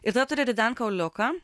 ir tada turi rident kauliuką